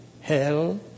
hell